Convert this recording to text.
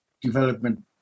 Development